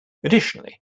additionally